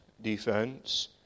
defense